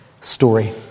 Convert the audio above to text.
story